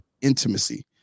intimacy